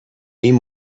این